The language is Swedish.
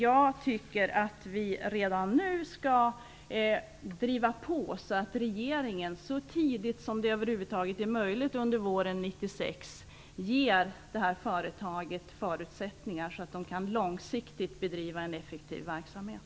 Jag tycker att vi redan nu skall driva på så att regeringen så tidigt som det över huvud taget är möjligt under våren 1996 ger företaget förutsättningar, så att man långsiktigt kan bedriva en effektiv verksamhet.